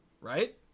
Right